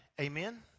Amen